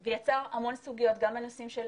זה יצר המון סוגיות, גם בנושאים של